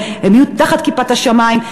הן יהיו תחת כיפת השמים.